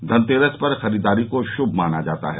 धनतेरस पर खरीदारी को शुभ माना जाता है